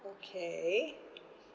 okay